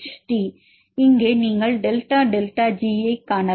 Ht இங்கே நீங்கள் delta delta G ஐக் காணலாம்